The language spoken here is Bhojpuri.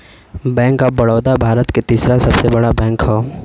बैंक ऑफ बड़ोदा भारत के तीसरा सबसे बड़ा बैंक हौ